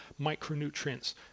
micronutrients